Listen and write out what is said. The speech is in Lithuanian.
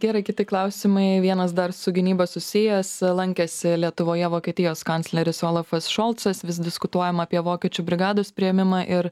gerai kiti klausimai vienas dar su gynyba susijęs lankėsi lietuvoje vokietijos kancleris olafas šolcas vis diskutuojama apie vokiečių brigados priėmimą ir